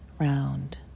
round